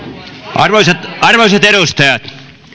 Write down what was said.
arvoisat arvoisat edustajat